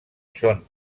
són